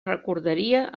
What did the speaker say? recordaria